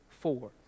four